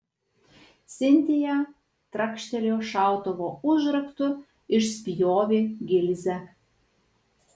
sintija trakštelėjo šautuvo užraktu išspjovė gilzę